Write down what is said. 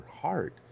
heart